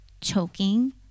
choking